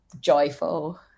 joyful